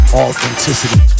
authenticity